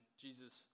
Jesus